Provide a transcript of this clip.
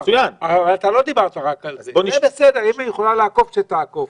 זה בסדר, אם המשטרה יכולה לאכוף שתאכוף.